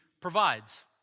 provides